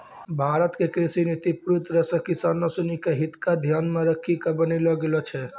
भारत के कृषि नीति पूरी तरह सॅ किसानों सिनि के हित क ध्यान मॅ रखी क बनैलो गेलो छै